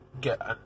get